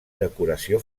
decoració